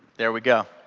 there we go,